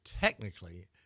technically